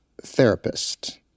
therapist